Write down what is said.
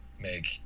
make